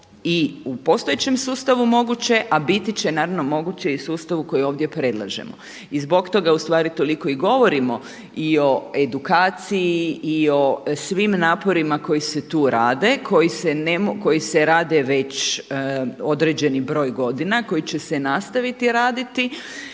i u postojećem sustavu moguće a biti će naravno moguće i u sustavu koji ovdje predlažemo. I zbog toga ustvari toliko i govorimo i o edukaciju i o svim naporima koji se tu rade, koji se rade već određeni broj godina, koji će se nastaviti raditi